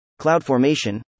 CloudFormation